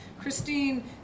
Christine